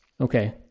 Okay